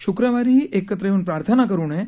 शुक्रवारीही एकत्र येऊन प्रार्थना करू नये